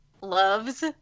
loves